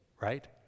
right